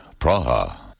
Praha